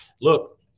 Look